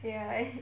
ya